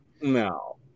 No